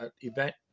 event